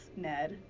Ned